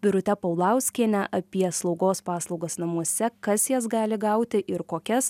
birute paulauskiene apie slaugos paslaugas namuose kas jas gali gauti ir kokias